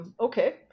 Okay